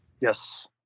yes